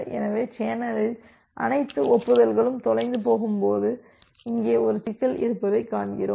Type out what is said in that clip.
எனவே சேனலில் அனைத்து ஒப்புதல்களும் தொலைந்து போகும் போது இங்கே ஒரு சிக்கல் இருப்பதைக் காண்கிறோம்